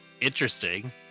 interesting